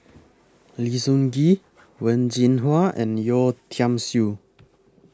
Lim Sun Gee Wen Jin Hua and Yeo Tiam Siew